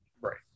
Right